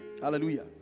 Hallelujah